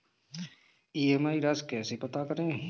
EMI राशि कैसे पता करें?